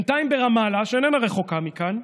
ברמאללה, שאיננה רחוקה מכאן,